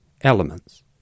elements